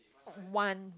one